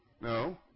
No